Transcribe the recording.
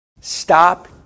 Stop